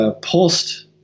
pulsed